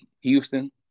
Houston